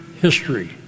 history